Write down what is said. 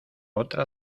otra